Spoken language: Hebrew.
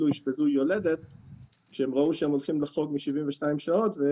מועצות לאומיות ובמשך שנתיים דנו שם בכל הסוגיות הקשות על